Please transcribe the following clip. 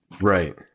right